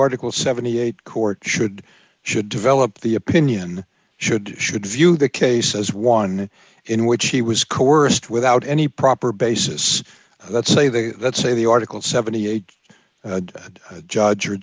article seventy eight dollars court should should develop the opinion should should view the case as one in which he was coerced without any proper basis let's say the let's say the article seventy eight that a judge or